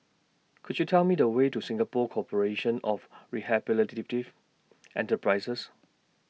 Could YOU Tell Me The Way to Singapore Corporation of Rehabilitative Enterprises